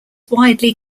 widely